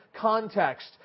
context